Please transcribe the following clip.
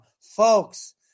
Folks